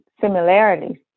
Similarities